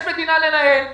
יש מדינה לנהל,